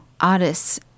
artists